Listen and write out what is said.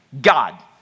God